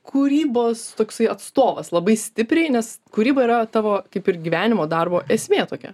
kūrybos toksai atstovas labai stipriai nes kūryba yra tavo kaip ir gyvenimo darbo esmė tokia